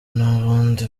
n’ubundi